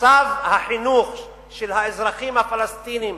מצב החינוך של האזרחים הפלסטינים